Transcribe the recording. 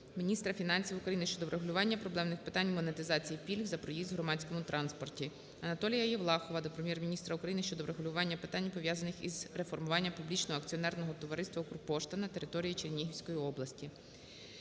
міністра фінансів України щодо врегулювання проблемних питань монетизації пільг за проїзд в громадському транспорті. АнатоліяЄвлахова до Прем'єр-міністра України щодо врегулювання питань, пов'язаних із реформуванням Публічного акціонерного товариства "Укрпошта" на території Чернігівської області.